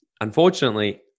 unfortunately